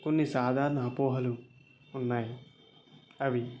కొన్ని సాధారణ అపోహలు ఉన్నాయి అవి